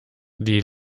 die